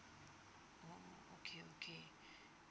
oh okay okay